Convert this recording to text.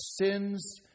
sins